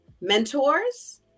mentors